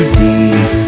deep